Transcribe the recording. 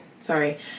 sorry